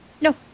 no